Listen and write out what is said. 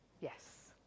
Yes